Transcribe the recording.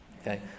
okay